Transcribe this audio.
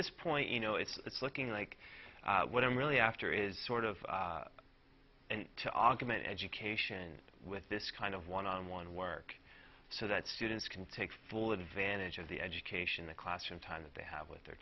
this point you know it's looking like what i'm really after is sort of and to augment education with this kind of one on one work so that students can take full advantage of the education the classroom time that they have with their